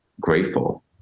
grateful